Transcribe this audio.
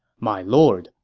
my lord,